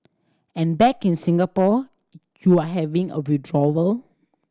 and back in Singapore you're having a withdrawal